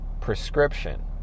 prescription